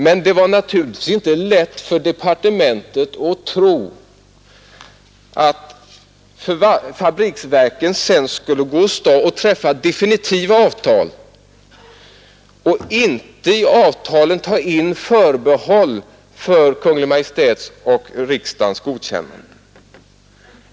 Men det var naturligtvis inte lätt för departementet att förutse att fabriksverken sedan skulle träffa definitiva avtal och inte i avtalen ta in förbehåll för Kungl. Maj:ts och riksdagens godkännande.